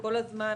כל הזמן